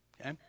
okay